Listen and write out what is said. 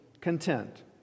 content